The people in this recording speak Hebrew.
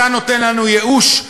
אתה נותן לנו ייאוש,